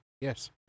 Yes